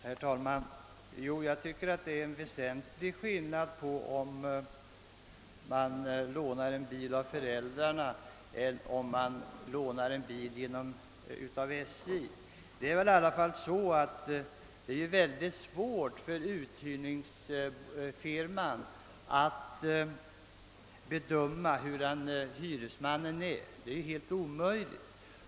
Herr talman! Jo, jag tycker att det är en väsentlig skillnad mellan att låna en bil av föräldrar och att låna en bil av SJ. Det är ju mycket svårt för uthyrningsfirman att bedöma hurudan hyresmannen är; det är t.o.m. ibland alldeles omöjligt.